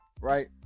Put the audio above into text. right